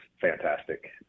fantastic